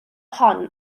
hon